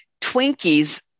Twinkies